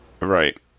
right